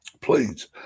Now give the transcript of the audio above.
please